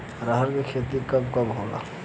अरहर के खेती कब होला?